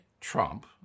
Trump